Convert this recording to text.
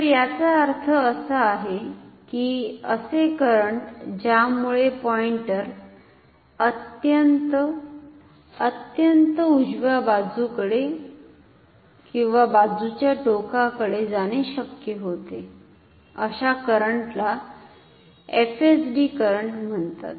तर याचा अर्थ असा आहे की असे करंट ज्यामुळे पॉइंटर अत्यंत अत्यंत उजव्या बाजूच्या टोकाकडे जाणे शक्य होते अशा करंटला एफएसडी करंट म्हणतात